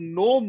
no